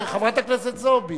חברת הכנסת זועבי.